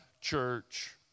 church